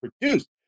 produced